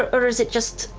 or is it just,